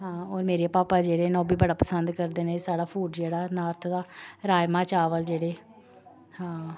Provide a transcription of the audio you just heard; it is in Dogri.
हां होर मेरे पापा जेह्ड़े न ओह् बी बड़े पसंद करदे न एह् सारा फूड जेह्ड़ा ऐ नार्थ दा राजमांह् चावल जेह्ड़े हां